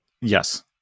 Yes